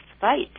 fight